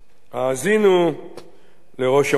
האזינו לראש המוסד.